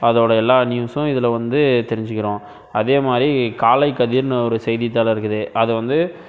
அதோடய எல்லா நியுஸும் இதில் வந்து தெரிஞ்சுக்கிறோம் அதே மாதிரி காலைக்கதிர்னு ஒரு செய்தித்தாள் இருக்குது அது வந்து